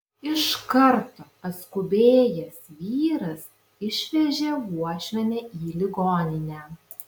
iš karto atskubėjęs vyras išvežė uošvienę į ligoninę